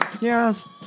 Yes